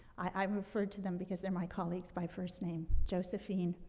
i, i refer to them, because they're my colleagues, by first name. josephine,